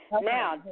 Now